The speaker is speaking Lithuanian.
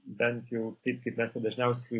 bent jau taip kaip mes ją dažniausiai